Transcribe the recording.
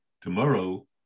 tomorrow